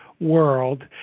world